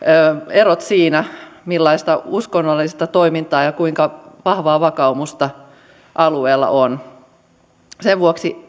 erot siinä millaista uskonnollista toimintaa ja kuinka vahvaa vakaumusta alueella on sen vuoksi